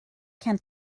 can